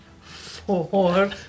four